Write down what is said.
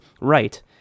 Right